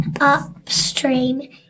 upstream